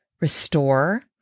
restore